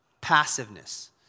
passiveness